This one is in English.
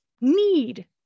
need